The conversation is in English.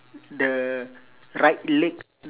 the right leg